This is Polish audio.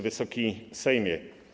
Wysoki Sejmie!